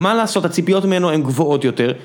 מה לעשות הציפיות ממנו הן גבוהות יותר